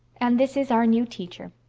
and this is our new teacher.